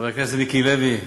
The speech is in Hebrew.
חברי הכנסת מיקי לוי,